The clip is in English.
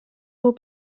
will